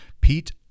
Pete